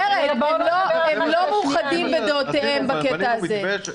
אבל אני רק אומרת: הם לא מאוחדים בדעותיהם בקטע הזה.